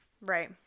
Right